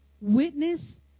witness